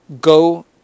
go